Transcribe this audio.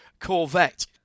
Corvette